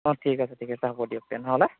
অঁ ঠিক আছে ঠিক আছে হ'ব দিয়ক তেনেহ'লে